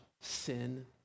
sin